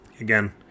Again